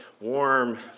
warm